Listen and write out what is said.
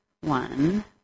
one